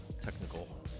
technical